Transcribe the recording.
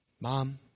Mom